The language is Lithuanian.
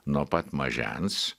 nuo pat mažens